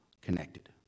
connected